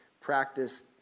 practice